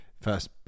First